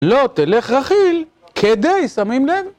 לא תלך רכיל, כדי, שמים לב?